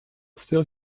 still